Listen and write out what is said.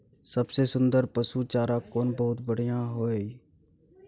सबसे सुन्दर पसु चारा कोन बहुत बढियां होय इ?